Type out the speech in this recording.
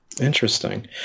interesting